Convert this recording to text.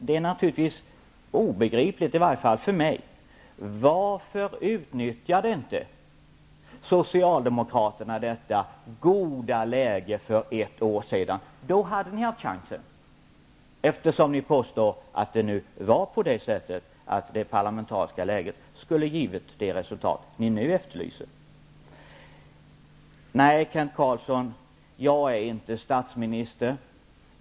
Det är obegripligt, åtminstone för mig, att Socialdemokraterna inte utnyttjade detta goda läge för ett år sedan. Då hade Socialdemokraterna haft chansen, eftersom Kent Carlsson nu påstår att det parlamentariska läget då skulle ha givit det resultat som Socialdemokraterna nu efterlyser. Nej, Kent Carlsson, jag är inte statsminister.